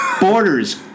borders